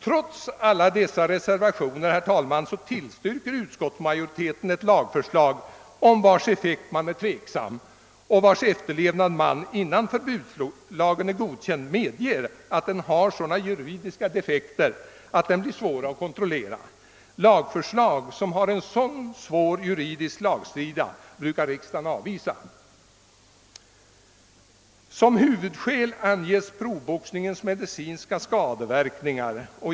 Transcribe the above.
Trots alla sina reservationer tillstyrker utskottsmajoriteten ett lagförslag, om vars effekt man är tveksam och i vilket man redan innan förbudslagen är godkänd finner sådana juridiska defekter att efterlevnaden blir svår att kontrollera. Lagförslag som har så svår juridisk slagsida brukar riksdagen avvisa. Som huvudskäl för ett förbud anges proffsboxningens medicinska skadeverkningar.